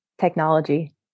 technology